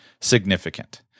significant